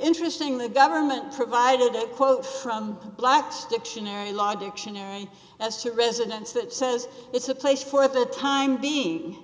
interesting the government provided a quote from black's dictionary law dictionary that's a residence that says it's a place for the time being